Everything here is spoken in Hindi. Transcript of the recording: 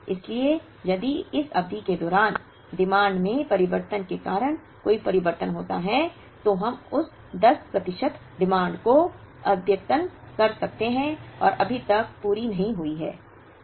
इसलिए यदि इस अवधि के दौरान डिमांडमें परिवर्तन के कारण कोई परिवर्तन होता है तो हम उस 10 प्रतिशत डिमांड को अद्यतन कर सकते हैं जो अभी तक पूरी नहीं हुई है